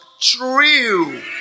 True